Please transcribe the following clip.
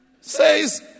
says